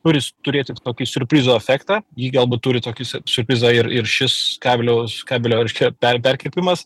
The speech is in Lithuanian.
turis turėti tokį siurprizo efektą jį galbūt turi tokį siurprizą ir ir šis kabelio kabelio reiškia per perkirpimas